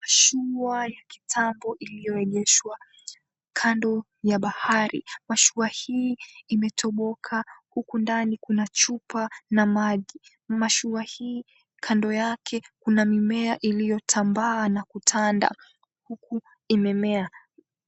Mashua ya kitambo iliyoegeshwa kando ya bahari. Mashua hii imetoboka huku ndani kuna chupa na maji. Mashua hii kando yake kuna mimea iliyotambaa na kutanda huku imemea.